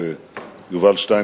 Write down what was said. תפריע.